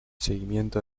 seguimiento